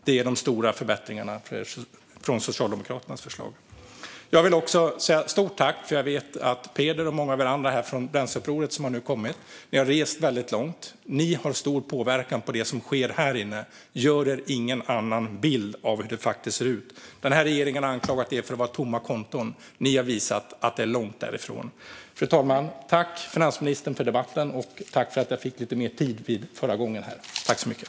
Det är de stora förbättringarna jämfört med Socialdemokraternas förslag. Jag vill också säga ett stort tack till Peder och många andra från Bränsleupproret som har kommit hit. Jag vet att ni har rest väldigt långt. Ni har stor påverkan på det som sker här inne. Gör er ingen annan bild av hur det faktiskt ser ut! Regeringen har anklagat er för att vara tomma konton, men ni har visat att det långt ifrån är så. Fru talman! Jag tackar finansministern för debatten.